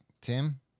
Tim